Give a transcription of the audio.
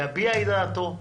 יביע את דעתו.